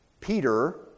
Peter